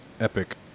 epic